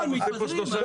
נכון, מתפזרים.